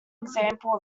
example